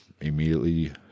immediately